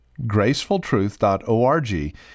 GracefulTruth.org